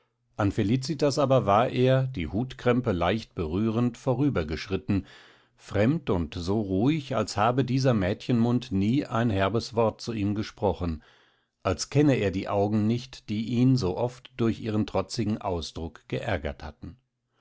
an felicitas aber war er die hutkrempe leicht berührend vorübergeschritten fremd und so ruhig als habe dieser mädchenmund nie ein herbes wort zu ihm gesprochen als kenne er die augen nicht die ihn so oft durch ihren trotzigen ausdruck geärgert hatten